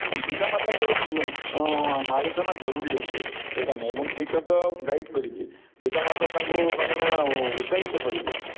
ପିତା ମାତାଙ୍କର ଆଲୋଚନା ଜରୁରୀ ଅଟେ ସେଇଟା ନୁହେଁ ଏବଂ ଶିକ୍ଷକ ଗାଇଡ଼୍ କରିବେ ପିତା ମାତା ତାଙ୍କୁ ତା ମାନେ ଉତ୍ସାହିତ କରିବେ